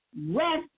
Rest